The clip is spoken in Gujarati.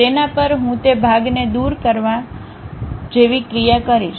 તેના પર હું તે ભાગને દૂર કરવા તે ભાગને દૂર કરવા જેવી ક્રિયા કરીશ